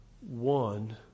one